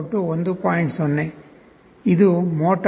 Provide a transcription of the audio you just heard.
0 ಇದು motor